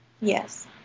yes